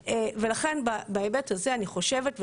בהיבט הזה אני חושבת,